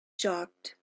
shocked